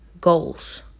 goals